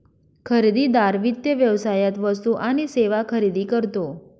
खरेदीदार वित्त व्यवसायात वस्तू आणि सेवा खरेदी करतो